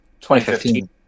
2015